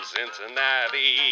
Cincinnati